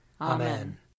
Amen